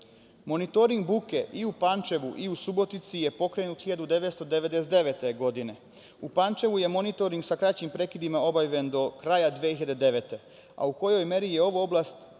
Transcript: saobraćaja. Monitoring buke i u Pančevu i u Subotici je pokrenut 1999. godine. U Pančevu je monitoring sa kraćim prekidima obavljen do kraja 2009. godine, a u kojoj meri je ova oblast